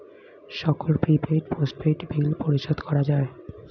সকল prepaid, postpaid bill পরিশোধ করা যায়